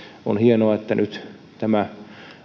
on hienoa että nyt tämä